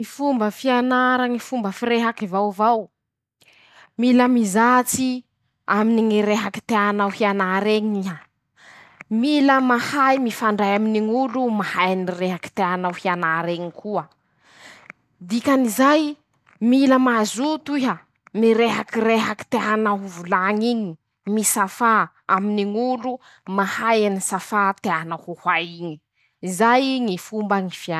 Ñy fomba fianara Ñy fomba firehaky vaovao: -Mila mizatsy aminy ñy rehaky teanao hianar'eñy iha. -Mila mifandray aminy ñ'olo mahay ñy rehaky teanao hianara iñy koa, dikan'izay. -Mila mazoto iha, mirehaky rehaky teanao ho volañ'iñy, misafà aminy ñ'olo mahay any safà teanao ho hay iñy, zay Ñy fomba.